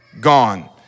gone